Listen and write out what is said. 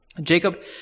Jacob